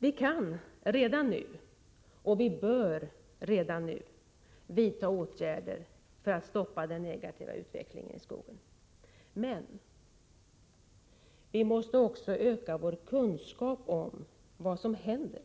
Vi kan re lan 9 növeniber 1984 nu, och vi bör redan nu, vidta åtgärder för att stoppa den negativa utvecklingen i skogen ;; Om åtgärder för att Men vi måste också öka vår kunskap om vad som händer